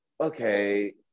okay